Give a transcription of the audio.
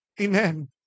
Amen